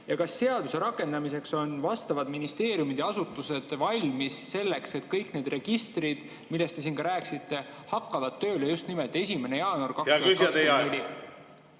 Ja kas seaduse rakendamisel on vastavad ministeeriumid ja asutused valmis selleks, et kõik need registrid, millest te siin rääkisite, hakkavad tööle just nimelt 1. jaanuaril 2024?